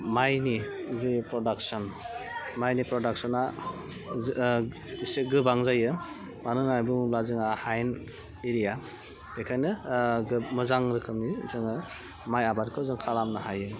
मायनि जे प्रडाक्सन मायनि प्रडाक्सना जो इसे गोबां जायो मानो होन्नानै बुङोब्ला जोंहा हायेन इरिया बेखायनो गो मोजां रोखोमनि जोङो माय आबादखौ जों खालामनो हायो